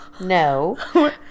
No